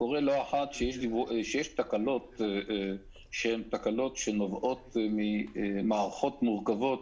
קורה לא אחת שיש תקלות שהן תקלות שנובעות ממערכות מורכבות